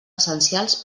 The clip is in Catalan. essencials